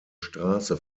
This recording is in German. straße